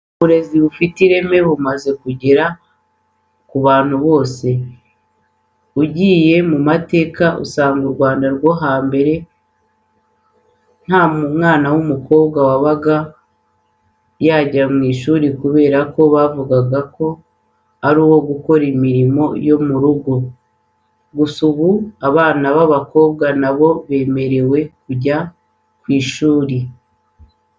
Uburezi bufite ireme bumaze kugera ku bantu bose. Iyo ugiye mu mateka usanga mu Rwanda rwo hambere nta mwana w'umukobwa wabaga yajya ku ishuri kubera ko bumvaga ko ari uwo gukora imirimo yo mu rugo. Gusa ubu abakobwa na bo bemerewe kujya ku ishuri.